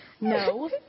No